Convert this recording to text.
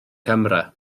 camera